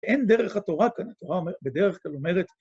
אין דרך התורה כאן, התורה בדרך כלל אומרת...